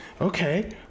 Okay